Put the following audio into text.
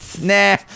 Nah